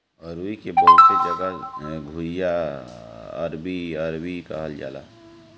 अरुई के बहुते जगह घुइयां, अरबी, अरवी भी कहल जाला